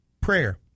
prayer